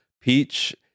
Peach